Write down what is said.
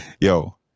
yo